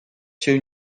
się